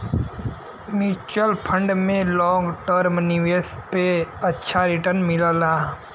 mutual fund में long term निवेश पे अच्छा रीटर्न मिलला